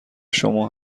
شما